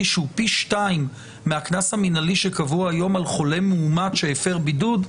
שהוא פי שניים מהקנס המינהלי שקבוע היום על חולה מאומת שהפר בידוד,